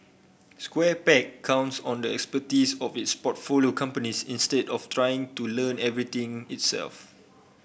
Square Peg counts on the expertise of its portfolio companies instead of trying to learn everything itself